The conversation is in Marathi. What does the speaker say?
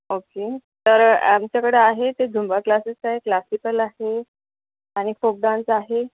ओके तर आमच्याकडे आहे ते झुंबा क्लासेस आहे क्लासिकल आहे आणि फोक डान्स आहे